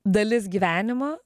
dalis gyvenimo